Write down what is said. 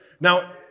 Now